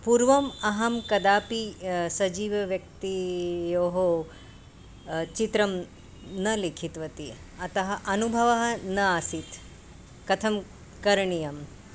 पूर्वम् अहं कदापि सजीवव्यक्त्योः चित्रं न लिखितवती अतः अनुभवः न आसीत् कथं करणीयम्